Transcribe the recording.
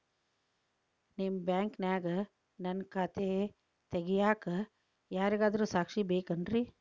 ನಿಮ್ಮ ಬ್ಯಾಂಕಿನ್ಯಾಗ ನನ್ನ ಖಾತೆ ತೆಗೆಯಾಕ್ ಯಾರಾದ್ರೂ ಸಾಕ್ಷಿ ಬೇಕೇನ್ರಿ?